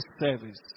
service